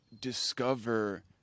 discover